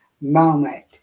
moment